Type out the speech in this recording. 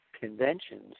conventions